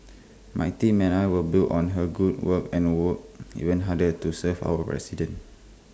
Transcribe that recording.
my team and I will build on her good work and work even harder to serve our residents